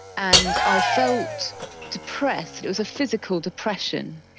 and i felt depressed, it was a physical depression,